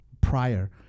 prior